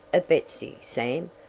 of betsy, sam.